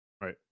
Right